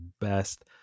best